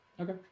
Okay